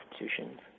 institutions